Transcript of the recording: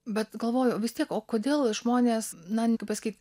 bet galvoju vis tiek o kodėl žmonės na pasakyt